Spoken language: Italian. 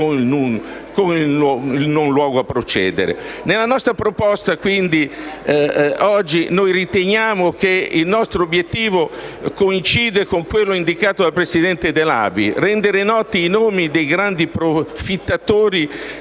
Nella nostra proposta, quindi, oggi riteniamo che il nostro obiettivo coincida con quello indicato dal presidente dell'ABI: rendere noti i nomi dei grandi profittatori